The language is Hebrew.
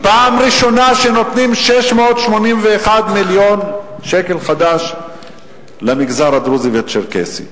פעם ראשונה שנותנים 681 מיליון שקל חדש למגזר הדרוזי והצ'רקסי.